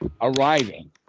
arriving